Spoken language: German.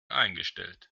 eingestellt